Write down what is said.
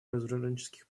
разоруженческих